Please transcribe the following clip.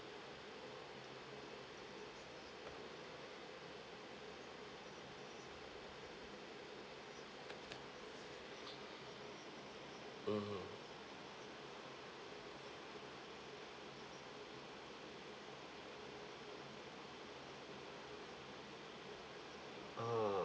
mmhmm